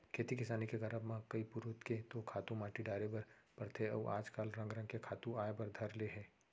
खेती किसानी के करब म कई पुरूत के तो खातू माटी डारे बर परथे अउ आज काल रंग रंग के खातू आय बर धर ले हे